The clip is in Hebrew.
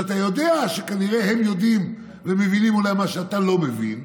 כשאתה יודע שכנראה הם יודעים ומבינים מה שאתה אולי לא מבין.